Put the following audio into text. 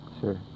sure